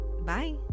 Bye